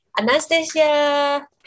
Anastasia